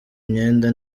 imyenda